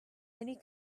many